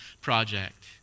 project